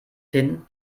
hin